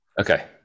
okay